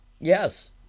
Yes